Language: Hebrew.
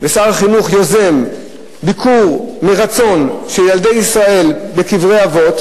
ושר החינוך יוזם ביקור מרצון של ילדי ישראל בקברי אבות,